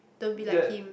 don't be like him